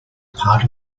part